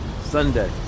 Sunday